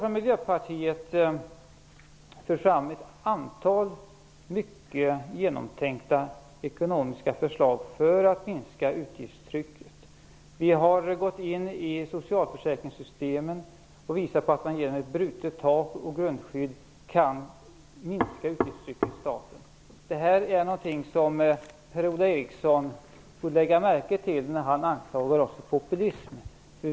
Vi i Miljöpartiet har också fört fram ett antal mycket genomtänkta ekonomiska förslag för att minska utgiftstrycket. Vi har visat att man i socialförsäkringssystemet genom ett brutet tak och grundskydd kan minska utgiftstrycket för staten. Detta är någonting som Per-Ola Eriksson borde lägga märke till, innan han anklagar oss för populism.